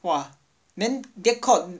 !wah! then get caught